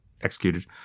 executed